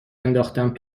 انداختم